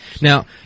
now